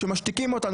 כשמשתיקים אותנו,